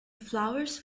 flowers